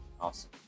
Awesome